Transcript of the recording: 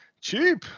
Cheap